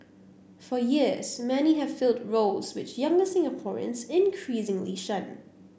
for years many have filled roles which younger Singaporeans increasingly shun